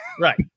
right